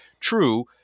true